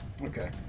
Okay